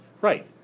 right